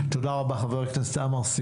תודה רבה, חבר הכנסת עמאר.